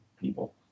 people